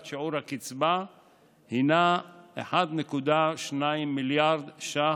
שיעור הקצבה הינה 1.2 מיליארד ש"ח,